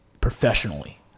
professionally